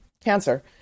cancer